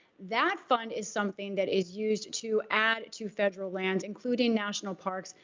that fund is something that is used to add to federal land, including national parks.